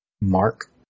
Mark